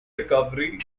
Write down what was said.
recovery